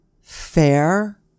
fair